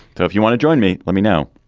so if you want to join me, let me know